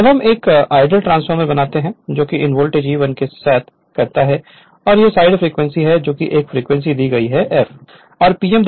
अब हम एक आइडल ट्रांसफॉर्मर बनाते हैं जो इन वोल्टेज E1 को सैथ करता है और यह साइड फ्रिक्वेंसी है एफ फ्रीक्वेंसी दी गई है मार्क F है